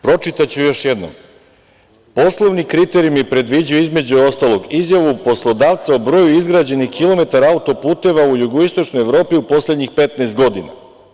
Pročitaću još jednom – poslovni kriterijumi predviđaju, između ostalog, izjavu poslodavca o broju izgrađenih kilometara autoputeva u jugoistočnoj Evropi u poslednjih 15 godina.